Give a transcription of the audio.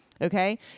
Okay